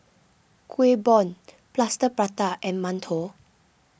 Kueh Bom Plaster Prata and Mantou